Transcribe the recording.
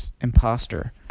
imposter